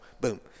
Boom